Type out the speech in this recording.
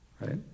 right